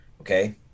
okay